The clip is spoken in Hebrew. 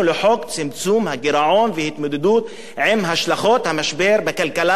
הגירעון ולהתמודדות עם השלכות המשבר בכלכלה העולמית.